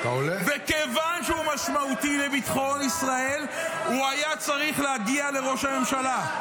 ומכיוון שהוא משמעותי לביטחון ישראל הוא היה צריך להגיע לראש הממשלה.